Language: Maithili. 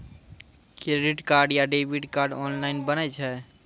क्रेडिट कार्ड या डेबिट कार्ड ऑनलाइन बनै छै?